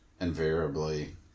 invariably